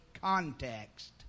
context